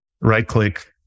right-click